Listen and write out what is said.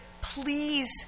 please